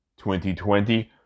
2020